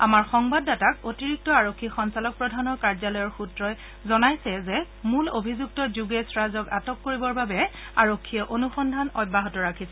আমাৰ সংবাদদাতাক অতিৰিক্ত আৰক্ষী সঞ্চালক প্ৰধানৰ কাৰ্যালয়ৰ সূত্ৰই আমাৰ সংবাদদাতাক জনাইছে যে মূল অভিযুক্ত যোগেশ ৰাজক আটক কৰিবৰ বাবে আৰক্ষীয়ে অনুসন্ধান অব্যাহত ৰাখিছে